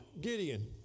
Gideon